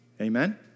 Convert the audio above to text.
Amen